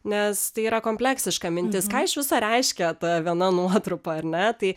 nes tai yra kompleksiška mintis ką iš viso reiškia ta viena nuotrupa ar ne tai